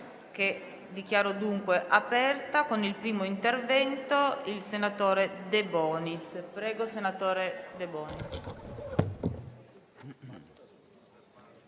Grazie